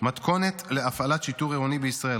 "מתכונת להפעלת שיטור עירוני בישראל,